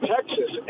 Texas